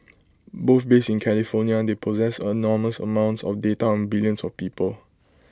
both based in California they possess enormous amounts of data on billions of people